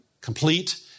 complete